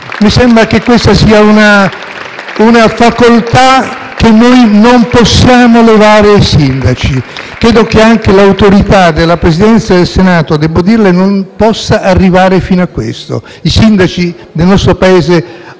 Mi sembra che questa sia una facoltà che noi non possiamo togliere ai sindaci. Credo che neanche l'autorità della Presidenza del Senato possa arrivare fino a questo. I sindaci nel nostro Paese